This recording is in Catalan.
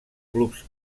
clubs